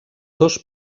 dos